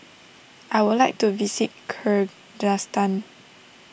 I would like to visit Kyrgyzstan